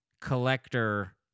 collector